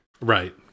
Right